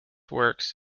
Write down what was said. works